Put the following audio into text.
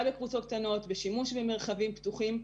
בקבוצות קטנות בשימוש במרחבים פתוחים,